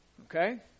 okay